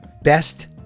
best